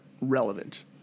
relevant